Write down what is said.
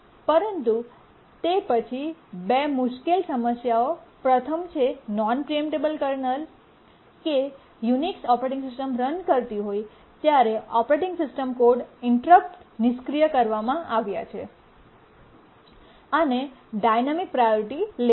પરંતુ તે પછી બે મુશ્કેલ સમસ્યાઓ પ્રથમ છે નોન પ્રીએમ્પટેબલ કર્નલ કે યુનિક્સ ઓપરેટિંગ સિસ્ટમ રન કરતી હોય ત્યારે ઓપરેટિંગ સિસ્ટમ કોડ ઇન્ટરપ્ટ નિષ્ક્રિય કરવામાં આવ્યા છે અને ડાયનામિક પ્રાયોરિટી લેવલ